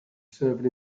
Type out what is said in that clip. serving